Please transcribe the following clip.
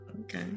Okay